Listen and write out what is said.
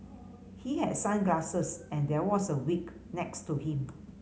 he had sunglasses and there was a wig next to him